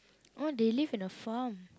oh they live in the farm